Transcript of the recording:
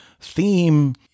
theme